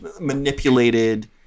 manipulated